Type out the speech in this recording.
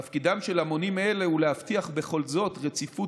תפקידם של מונים אלה הוא להבטיח בכל זאת רציפות